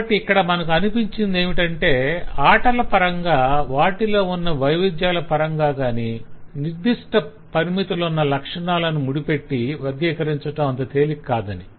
కాబట్టి ఇక్కడ మనకు ఇక్కడ అనిపించిందేమిటంటే ఆటల పరంగా వాటిలో ఉన్న వైవిధ్యాల పరంగా కాని నిర్దిష్ఠ పరిమితులున్న లక్షణాలను ముడిపెట్టి వర్గీకరించటం అంత తేలిక కాదని